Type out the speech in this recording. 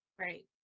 Right